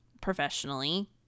professionally